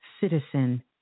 citizen